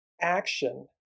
action